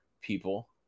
people